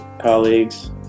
colleagues